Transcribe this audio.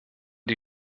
die